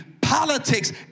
politics